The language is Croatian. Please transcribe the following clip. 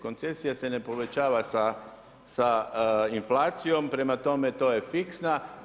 Koncesija se ne povećava sa inflacijom, prema tome to je fiksna.